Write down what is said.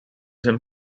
him